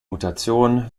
mutation